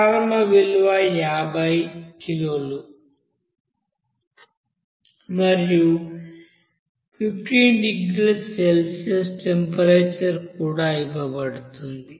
ప్రారంభ విలువ 50 కిలోలు మరియు 15 డిగ్రీల సెల్సియస్ టెంపరేచర్ కూడా ఇవ్వబడుతుంది